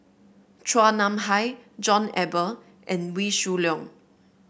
Chua Nam Hai John Eber and Wee Shoo Leong